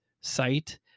site